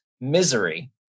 misery